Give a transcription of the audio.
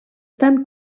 tant